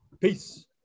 Peace